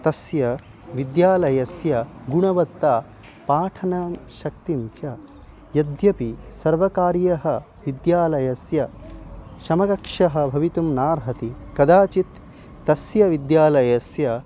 तस्य विद्यालयस्य गुणवत्तां पाठनशक्तिं च यद्यपि सर्वकारीयः विद्यालयस्य समलक्षः भवितुं नार्हति कदाचित् तस्य विद्यालयस्य